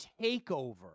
takeover